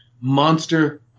Monster